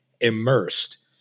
immersed